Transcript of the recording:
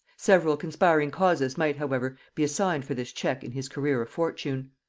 several conspiring causes might however be assigned for this check in his career of fortune.